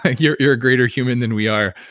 you're you're a greater human than we are.